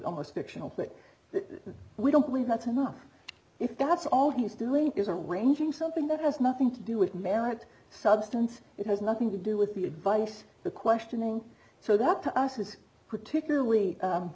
the we don't believe that's enough if that's all he's doing is arranging something that has nothing to do with merit substance it has nothing to do with the advice the questioning so that to us is particularly